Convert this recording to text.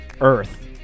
Earth